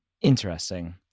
Interesting